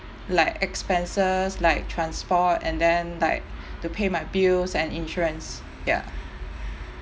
like expenses like transport and then like to pay my bills and insurance ya